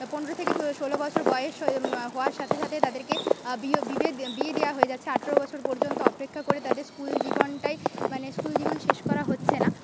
পনেরো থেকে ষোলো বছর বয়স হওয়ার সাথে সাথে তাদেরকে বিয়ে দেওয়া হয়ে যাচ্ছে আঠেরো বছর পর্যন্ত অপেক্ষা করে তাদের স্কুল জীবনটায় মানে স্কুল জীবন শেষ করা হচ্ছে না